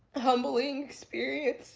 humbling experience